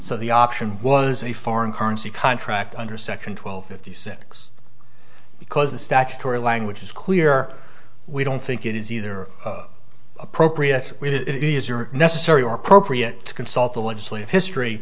so the option was a foreign currency contract under section twelve fifty six because the statutory language is clear we don't think it is either appropriate it is your necessary or appropriate to consult the legislative history